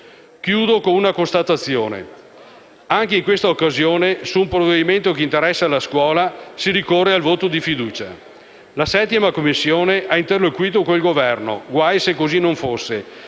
Chiudo con una constatazione: perché anche in questa occasione, su un provvedimento che interessa la scuola, si ricorre al voto di fiducia? La 7a Commissione ha interloquito con il Governo - guai se così non fosse